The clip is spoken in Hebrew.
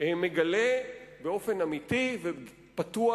מגלה באופן אמיתי ופתוח